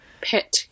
Pet